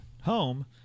home